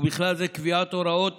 ובכלל זה קביעת הוראות